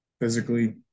physically